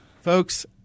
Folks